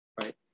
right